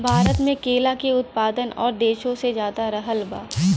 भारत मे केला के उत्पादन और देशो से ज्यादा रहल बा